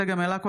צגה מלקו,